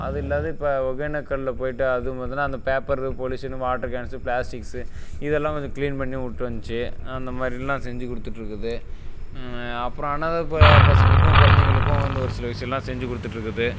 அது இல்லாது இப்போ ஒக்கேனக்கலில் போய்விட்டு அதுவும் பார்த்தீன்னா அந்த paper pollution water cans plastics இதெல்லாம் கொஞ்சம் க்ளீன் பண்ணி விட்டு வந்துச்சி அந்த மாதிரிலாம் செஞ்சு கொடுத்துட்ருக்குது அப்புறம் அனாதை ப பசங்களுக்கும் கொழந்தைங்களுக்கும் வந்து ஒரு சில விஷயலாம் செஞ்சு கொடுத்துட்ருக்குது